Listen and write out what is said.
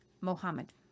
Mohammed